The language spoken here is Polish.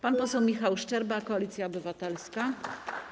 Pan poseł Michał Szczerba, Koalicja Obywatelska.